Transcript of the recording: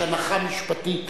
יש הנחה משפטית